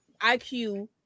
IQ